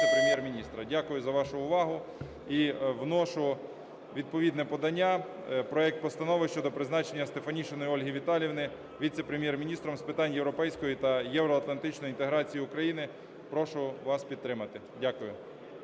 Дякую за вашу увагу. І вношу відповідне подання. Проект постанови щодо призначення Стефанішиної Ольги Віталіївни Віце-прем'єр-міністром з питань європейської та євроатлантичної інтеграції України. Прошу вас підтримати. Дякую.